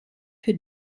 für